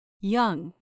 young